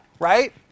Right